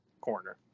corner